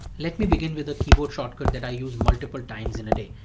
let me begin with a keyboard shortcut that i use multiple times in a day.